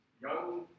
young